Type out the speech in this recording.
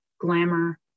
Glamour